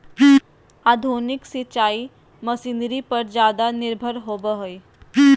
आधुनिक सिंचाई मशीनरी पर ज्यादा निर्भर होबो हइ